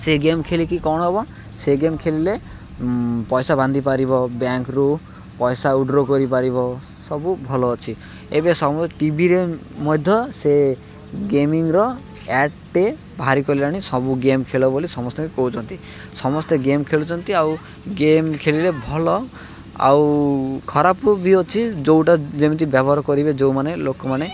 ସେ ଗେମ୍ ଖେଲିକି କ'ଣ ହବ ସେ ଗେମ୍ ଖେଳିଲେ ପଇସା ବାନ୍ଧି ପାରିବ ବ୍ୟାଙ୍କରୁ ପଇସା ଉଡ଼୍ରୋ କରିପାରିବ ସବୁ ଭଲ ଅଛି ଏବେ ଟିଭିରେ ମଧ୍ୟ ସେ ଗେମିଂର ଆଡ଼୍ ଟେ ବାହାରି କଲେଣି ସବୁ ଗେମ୍ ଖେଳ ବୋଲି ସମସ୍ତଙ୍କୁ କହୁଛନ୍ତି ସମସ୍ତେ ଗେମ୍ ଖେଳୁଛନ୍ତି ଆଉ ଗେମ୍ ଖେଳିଲେ ଭଲ ଆଉ ଖରାପ ବି ଅଛି ଯେଉଁଟା ଯେମିତି ବ୍ୟବହାର କରିବେ ଯେଉଁମାନେ ଲୋକମାନେ